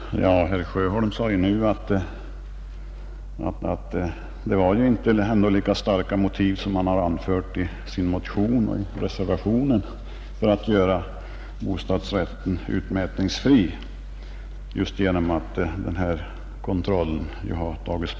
Herr talman! Herr Sjöholm sade i sitt senaste anförande att det inte fanns lika starka motiv som han hade anfört i sin motion och i reservationen för att göra bostadsrätten utmätningsfri just genom att kontrollagen har upphävts.